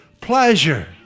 pleasure